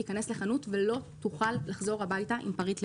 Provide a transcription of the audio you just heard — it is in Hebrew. תיכנס לחנות ולא תוכל לחזור הביתה עם פריט לבוש.